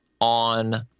on